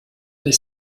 des